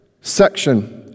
section